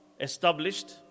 established